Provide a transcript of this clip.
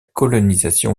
colonisation